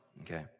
okay